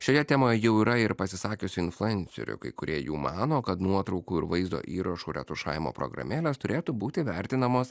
šioje temoj jau yra ir pasisakiusių influencerių kai kurie jų mano kad nuotraukų ir vaizdo įrašų retušavimo programėles turėtų būti vertinamos